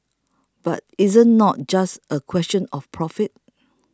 but isn't not just a question of profit